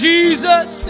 Jesus